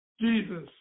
Jesus